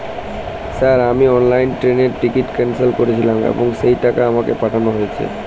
Sir আমি অনলাইনে ট্রেনের টিকিট ক্যানসেল করেছিলাম এবং সেই টাকা আমাকে পাঠানো হয়েছে?